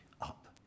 up